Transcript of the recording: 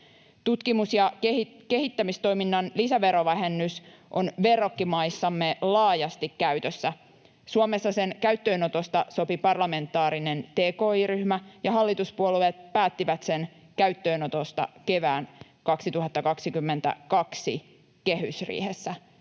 Tutkimus- ja kehittämistoiminnan lisäverovähennys on verrokkimaissamme laajasti käytössä. Suomessa sen käyttöönotosta sopi parlamentaarinen tki-ryhmä, ja hallituspuolueet päättivät sen käyttöönotosta kevään 2022 kehysriihessä,